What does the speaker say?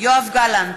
יואב גלנט,